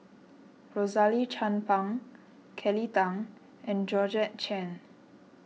Rosaline Chan Pang Kelly Tang and Georgette Chen